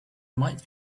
might